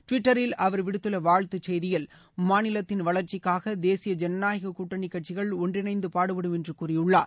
டுவிட்டரில் அவர் விடுத்துள்ள வாழ்த்து செய்தியில் மாநிலத்தின் வளர்ச்சிக்காக தேசிய ஜனநாயக கூட்டணி கட்சிகள் ஒன்றிணைந்து பாடுபடும் என்று கூறியுள்ளார்